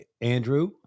Andrew